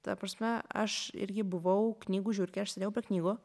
ta prasme aš irgi buvau knygų žiurkė aš sėdėjau prie knygų